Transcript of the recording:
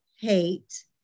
hate